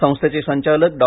संस्थेचे संचालक डॉ